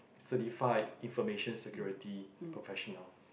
certified information security professional